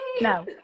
no